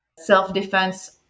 Self-defense